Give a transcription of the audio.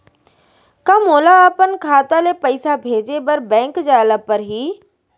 का मोला अपन खाता ले पइसा भेजे बर बैंक जाय ल परही?